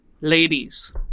Ladies